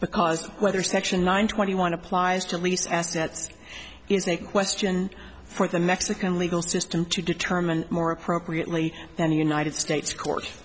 because whether section nine twenty one applies to lease assets is a question for the mexican legal system to determine more appropriately than the united states court